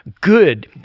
good